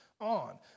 on